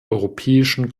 europäischen